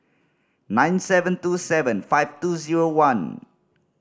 nine seven two seven five two zero one